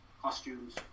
costumes